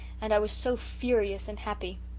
and i was so furious and happy.